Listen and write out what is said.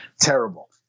terrible